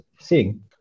seeing